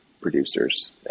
producers